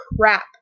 crap